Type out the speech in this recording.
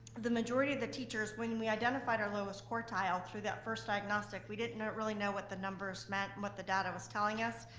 the majority of the teachers, when we identified our lowest quartile through that first diagnostic, we didn't didn't really know what the numbers meant and what the data was telling us,